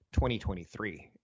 2023